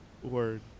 Word